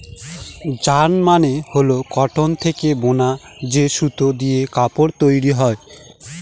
yarn মানে হল cotton থেকে বুনা যে সুতো দিয়ে কাপড় তৈরী হয়